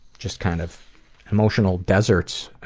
just kind of emotional deserts,